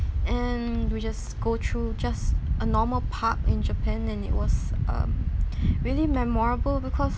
and we just go through just a normal pub in japan and it was um really memorable because